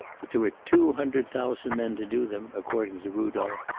but there were two hundred thousand men to do them, according to rudolph,